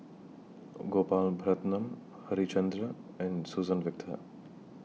Gopal Baratham Harichandra and Suzann Victor